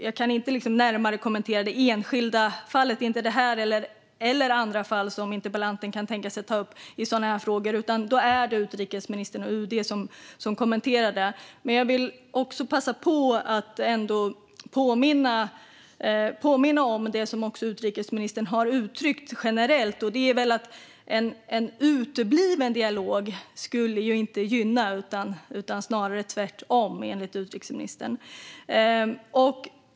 Jag kan inte närmare kommentera det enskilda fallet, inte det här eller andra fall som interpellanten kan tänkas ta upp i sådana frågor. Då är det utrikesministern och UD som kommenterar dem. Jag vill ändå passa på att påminna om det som också utrikesministern har uttryckt generellt, nämligen att en utebliven dialog inte är gynnsam. Snarare är det tvärtom, enligt utrikesministern.